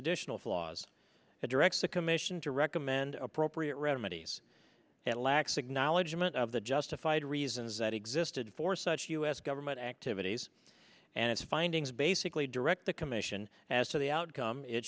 additional flaws that directs the commission to recommend appropriate remedies at lax acknowledgment of the justified reasons that existed for such us government activities and its findings basically direct the commission as to the outcome it